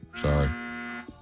Sorry